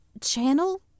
channel